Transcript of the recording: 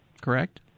correct